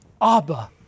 Abba